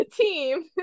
team